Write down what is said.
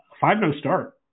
Five-no-start